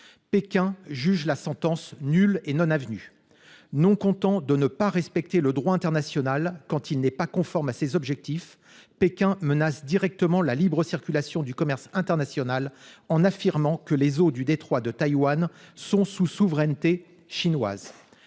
Pékin juge la sentence « nulle et non avenue ». Non content de ne pas respecter le droit international quand il n'est pas conforme à ses objectifs, Pékin menace directement la libre circulation du commerce international, en affirmant que les eaux du détroit de Taïwan sont sous souveraineté chinoise.